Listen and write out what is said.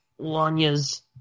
Lanya's